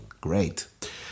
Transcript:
Great